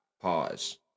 pause